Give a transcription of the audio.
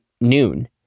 noon